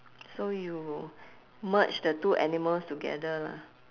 so you merge the two animals together lah